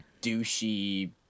douchey